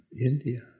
India